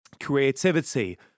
Creativity